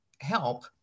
help